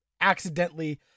accidentally